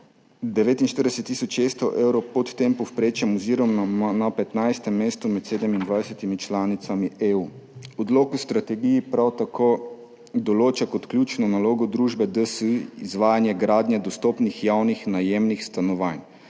600 evrov pod tem povprečjem oziroma na 15. mestu med 27 članicami EU. Odlok o strategiji prav tako določa kot ključno nalogo družbe DSU izvajanje gradnje dostopnih javnih najemnih stanovanj,